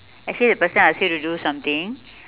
actually the person ask you to do something